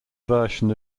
version